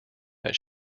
that